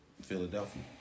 Philadelphia